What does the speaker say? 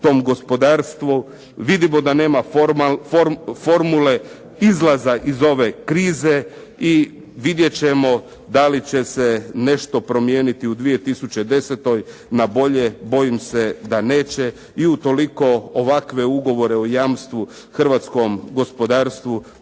tom gospodarstvu. Vidimo da nema formule izlaza iz ove krize i vidjet ćemo da li će se nešto promijeniti u 2010. na bolje. Bojim se da neće i utoliko ovakve ugovore o jamstvu hrvatskom gospodarstvu